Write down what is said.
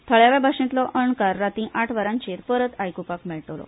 थळाव्या भाषेतलो अणकार राती आठ वरांचेर परत आयकुपाक मेळटलो